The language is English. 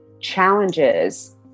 challenges